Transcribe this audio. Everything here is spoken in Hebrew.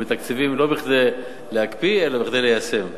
אנחנו מתקצבים לא כדי להקפיא אלא כדי ליישם.